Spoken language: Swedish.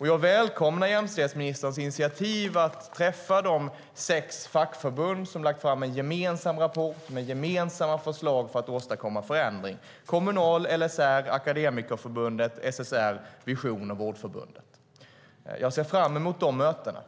Jag välkomnar jämställdhetsministerns initiativ att träffa representanter för de sex fackförbund som har lagt fram en gemensam rapport med gemensamma förslag för att åstadkomma förändring, det vill säga Kommunal, LSR, Akademikerförbundet SSR, Vision och Vårdförbundet. Jag ser fram emot de mötena.